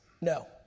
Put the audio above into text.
No